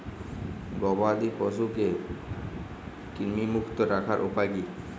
গবাদি পশুকে কৃমিমুক্ত রাখার উপায় কী?